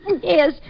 Yes